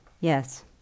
Yes